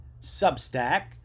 substack